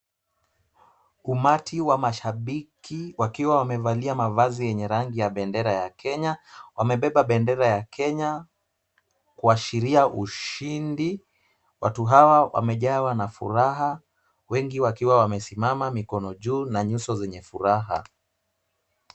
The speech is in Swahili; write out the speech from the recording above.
Umati wa mashabiki wakiwa wamevalia mavazi yenye rangi ya bendera ya Kenya, wamebeba bendera ya Kenya, kuashiria ushindi, watu hawa wamejawa na furaha, wengi wakiwa wamesimama mikono juu na nyuso zenye furaha.